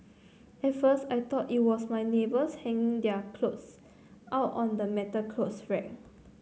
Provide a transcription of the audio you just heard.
at first I thought it was my neighbours hanging their clothes out on the metal clothes rack